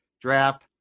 draft